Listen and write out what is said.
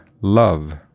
love